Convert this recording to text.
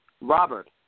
Robert